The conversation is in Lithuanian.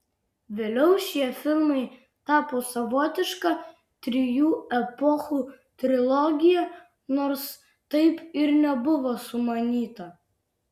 vėliau šie filmai tapo savotiška trijų epochų trilogija nors taip ir nebuvo sumanyta